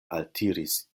altiris